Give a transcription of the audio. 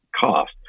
cost